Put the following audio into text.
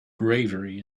bravery